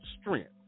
strength